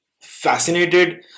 fascinated